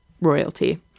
royalty